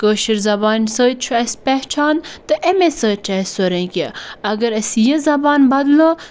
کٲشٕر زَبانہِ سۭتۍ چھُ اَسہِ پہچان تہٕ اَمی سۭتۍ چھُ اَسہِ سورُے کیٚنٛہہ اگر اَسہِ یہِ زَبان بَدلٲو